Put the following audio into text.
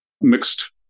mixed